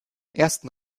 ersten